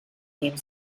named